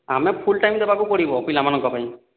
ଆମେ full time ଦେବାକୁ ପଡ଼ିବ ପିଲାମାନଙ୍କ ପାଇଁ